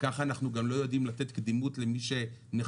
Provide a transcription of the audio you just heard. ככה אנחנו גם לא יודעים לתת קדימות למי שנכשל